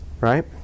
right